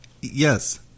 Yes